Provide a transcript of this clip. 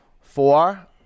Four